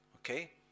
Okay